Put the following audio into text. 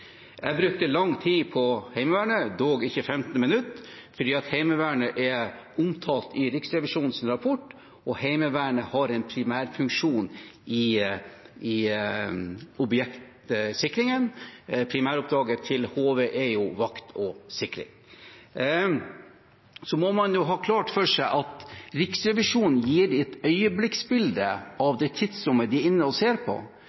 Jeg brukte lang tid på Heimevernet – dog ikke 15 minutter – fordi Heimevernet er omtalt i Riksrevisjonens rapport, og Heimevernet har en primærfunksjon i objektsikringen. Primæroppdraget til HV er jo vakt og sikring. Så må man ha klart for seg at Riksrevisjonen gir et øyeblikksbilde av det tidsrommet de er inne og ser på,